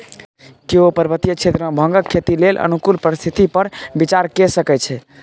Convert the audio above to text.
केओ पर्वतीय क्षेत्र मे भांगक खेती लेल अनुकूल परिस्थिति पर विचार कए सकै छै